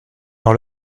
dans